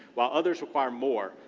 while others require more,